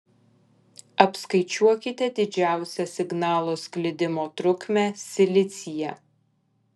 apskaičiuokite didžiausią signalo sklidimo trukmę silicyje